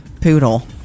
poodle